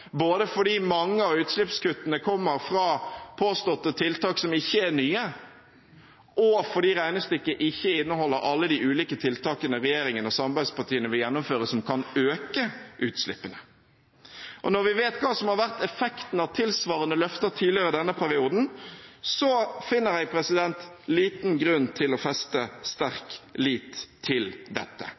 både fordi mange av utslippskuttene kommer fra påståtte tiltak som ikke er nye, og fordi regnestykket ikke inneholder alle de ulike tiltakene regjeringen og samarbeidspartiene vil gjennomføre som kan øke utslippene. Og når vi vet hva som har vært effekten av tilsvarende løfter tidligere denne perioden, finner jeg liten grunn til å feste sterk lit til dette,